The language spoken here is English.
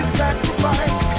sacrifice